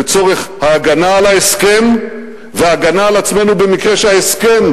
לצורך ההגנה על ההסכם וההגנה על עצמנו במקרה שההסכם